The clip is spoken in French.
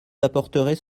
apporterez